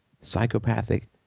psychopathic